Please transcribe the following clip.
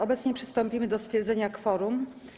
Obecnie przystąpimy do stwierdzenia kworum.